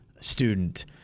student